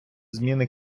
зміни